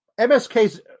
MSK's